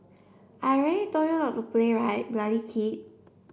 I already told you not to play right bloody kid